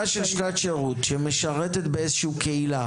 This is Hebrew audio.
של שנת שירות שמשרתת באיזו שהיא קהילה